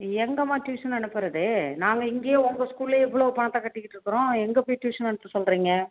எங்கேம்மா tuition அனுப்புறது நாங்கள் இங்கேயே உங்க ஸ்கூல்ல இவ்வளோ பணத்தை கட்டிக்கிட்டுருக்குறோம் எங்கே போய் டியூஷன் அனுப்ப சொல்லுறிங்க